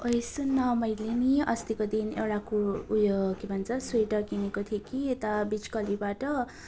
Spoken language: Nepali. ओइ सुन न मेलै नि अस्तिको दिन एउटा कु ऊ यो के भन्छ स्वेटर किनेको थिएँ कि यता बिच गल्लीबाट